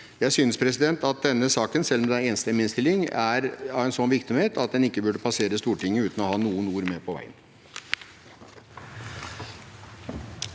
Jeg synes, president, at denne saken, selv om det er en enstemmig innstilling, er av slik viktighet at den ikke burde passere Stortinget uten noen ord med på veien.